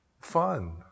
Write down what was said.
fun